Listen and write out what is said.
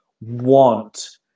want